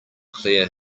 clear